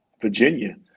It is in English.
Virginia